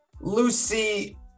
Lucy